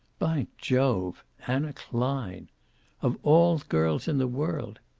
by jove! anna klein of all girls in the world!